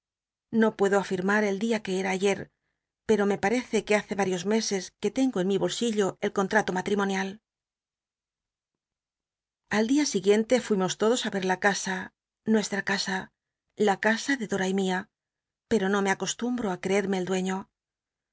no puedo afirmar el dia que era ayer pero me parece que hace varios meses que tengo en mi bolsillo el contrato matrimonial al dia siguiente fuimos todos á ver la casa nuestra casa la casa de dora mi a pero no me acostumbro á creerme el dueño